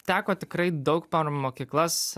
teko tikrai daug per mokyklas